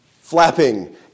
flapping